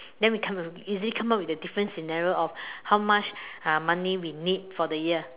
then we can easily come up with different scenario of how much uh money we need for the year